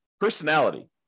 personality